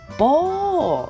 ball